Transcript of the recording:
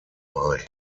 bei